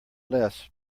less